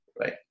right